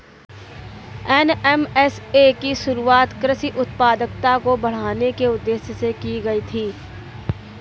NMSA की शुरुआत कृषि उत्पादकता को बढ़ाने के उदेश्य से की गई थी